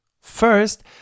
First